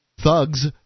thugs